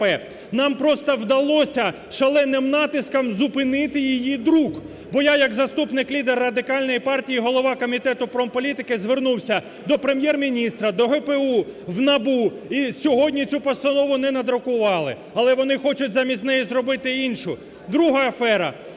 Нам просто вдалося шаленим натиском зупинити її друк. Бо я як заступник лідера Радикальної партії, голова Комітету промполітики звернувся до Прем’єр-міністра, до ГПУ, в НАБУ, і сьогодні цю постанову не надрукували. Але вони хочуть замість неї зробити іншу. Друга афера.